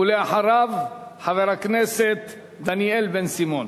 ואחריו, חבר הכנסת דניאל בן-סימון.